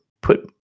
put